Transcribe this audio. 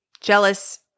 jealous